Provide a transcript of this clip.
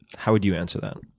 how would you answer that?